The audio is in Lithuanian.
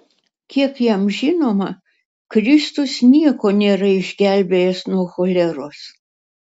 kiek jam žinoma kristus nieko nėra išgelbėjęs nuo choleros